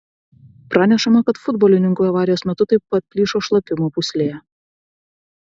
pranešama kad futbolininkui avarijos metu taip pat plyšo šlapimo pūslė